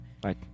Bye